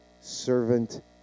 servant